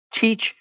teach